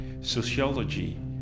sociology